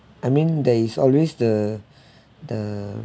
I mean there is always the the